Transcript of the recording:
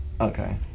Okay